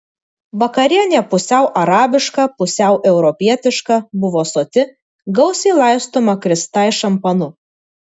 vakarienė pusiau arabiška pusiau europietiška buvo soti gausiai laistoma kristai šampanu